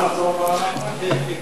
אתה מוכן לחזור על מה שאמרת?